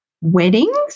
weddings